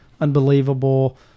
unbelievable